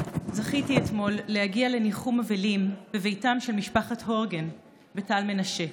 זכיתי אתמול להגיע לניחום אבלים בביתה של משפחת הורגן בטל מנשה.